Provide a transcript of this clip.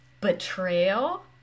betrayal